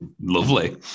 Lovely